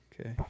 Okay